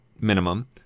minimum